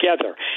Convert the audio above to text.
together